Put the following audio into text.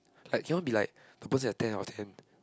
like cannot be like opposite ten out of ten